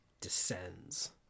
Descends